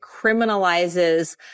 criminalizes